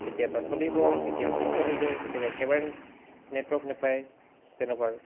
কেতিয়াবা চলিব কেতিয়াবা নচলিব কেতিয়াবা একেবাৰে নেটৱৰ্ক নাপায় তেনেকুৱা আৰু